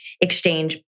exchange